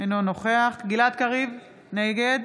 אינו נוכח גלעד קריב, נגד